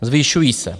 Zvyšují se.